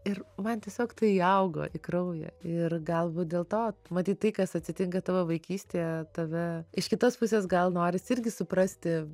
ir man tiesiog tai įaugo į kraują ir galbūt dėl to matyt tai kas atsitinka tavo vaikystėje tave iš kitos pusės gal norisi irgi suprasti